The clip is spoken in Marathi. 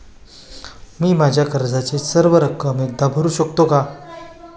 मी माझ्या कर्जाची सर्व रक्कम एकदा भरू शकतो का?